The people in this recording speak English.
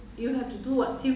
so you all also got play ah